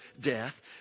death